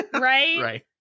Right